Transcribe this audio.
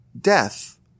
death